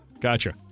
Gotcha